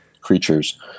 creatures